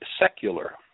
secular